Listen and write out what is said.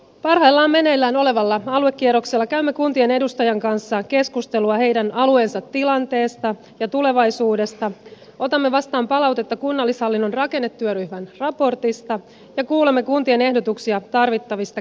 parhaillaan meneillään olevalla aluekierroksella käymme kuntien edustajien kanssa keskustelua alueen tilanteesta ja tulevaisuudesta otamme vastaan palautetta kunnallishallinnon rakenne työryhmän raportista ja kuulemme kuntien ehdotuksia tarvittavista kehittämistoimista